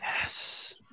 Yes